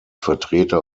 vertreter